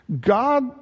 God